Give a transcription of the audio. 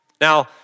Now